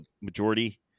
majority